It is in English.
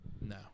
No